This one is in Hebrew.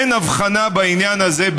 בעיניי אין הבחנה בעניין הזה: